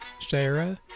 Sarah